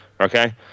Okay